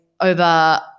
over